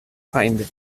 feinde